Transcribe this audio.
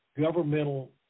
governmental